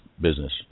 business